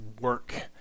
work